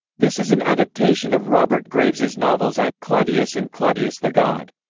this is an adaptation of robert graves's novels i, claudius and claudius the god.